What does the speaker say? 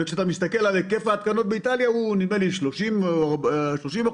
וכשאתה מסתכל על היקף ההתקנות באיטליה אתה מבין